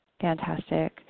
Fantastic